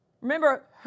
remember